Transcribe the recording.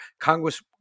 Congress